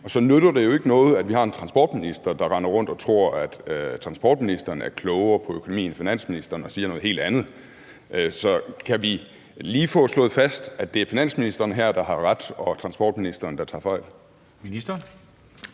Så nytter det jo ikke noget, at vi har en transportminister, der render rundt og tror, at transportministeren er klogere på økonomien end finansministeren, og at transportministeren siger noget helt andet. Så kan vi lige få slået fast, at det er finansministeren, der her har ret, og transportministeren, der tager fejl?